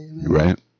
Right